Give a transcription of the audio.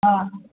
हँ